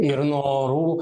ir nuo orų